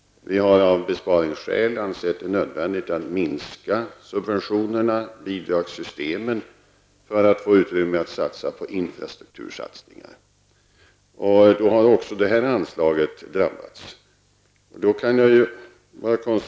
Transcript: Vi har av besparingsskäl ansett det nödvändigt att minska subventionerna och bidragen för att få utrymme för satsningarna på infrastrukturen. Då har också det här anslaget drabbats.